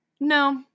No